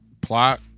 plot